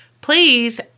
please